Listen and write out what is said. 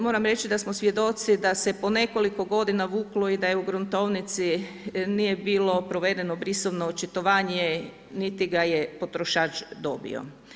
Moram reći da smo svjedoci da se po nekoliko godina vuklo i da je u gruntovnici nije bilo provedeno brisovno očitovanje niti ga je potrošač dobio.